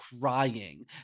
crying